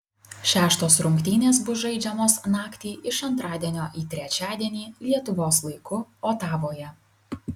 šeštos rungtynės bus žaidžiamos naktį iš antradienio į trečiadienį lietuvos laiku otavoje